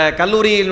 kaluri